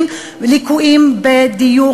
וליקויים בדיור,